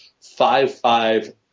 Five-five